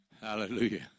Hallelujah